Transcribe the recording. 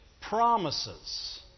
promises